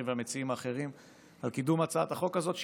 והמציעים האחרים על קידום הצעת החוק הזאת,